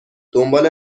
دنبال